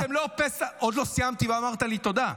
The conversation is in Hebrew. עוד לא סיימתי, ואמרת לי תודה.